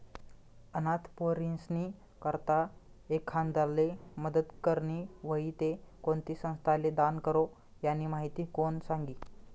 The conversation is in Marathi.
अनाथ पोरीस्नी करता एखांदाले मदत करनी व्हयी ते कोणती संस्थाले दान करो, यानी माहिती कोण सांगी